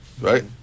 Right